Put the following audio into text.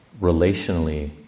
relationally